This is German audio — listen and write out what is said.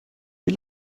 wie